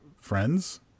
friends